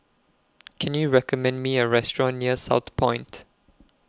Can YOU recommend Me A Restaurant near Southpoint